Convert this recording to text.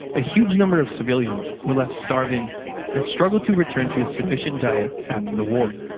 a huge number of civilians were left starving and struggled to return to a sufficient diet after the war.